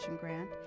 grant